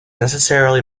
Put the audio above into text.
necessarily